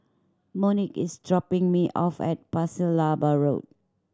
Monique is dropping me off at Pasir Laba Road